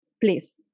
please